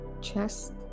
chest